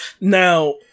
Now